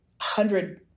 hundred